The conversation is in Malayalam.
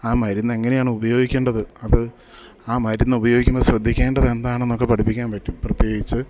ആ മരുന്ന് എങ്ങനെയാണ് ഉപയോഗിക്കേണ്ടത് അത് ആ മരുന്ന് ഉപയോഗിക്കുമ്പോൾ ശ്രദ്ധിക്കേണ്ടത് എന്താണെന്നൊക്കെ പഠിപ്പിക്കാൻ പറ്റും പ്രത്യേകിച്ച്